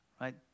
right